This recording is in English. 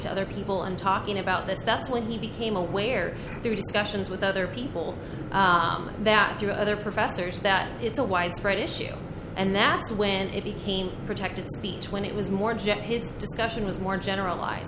to other people and talking about this that's when he became aware through discussions with other people that you other professors that it's a widespread issue and that when it became protected speech when it was more jet his discussion was more generalized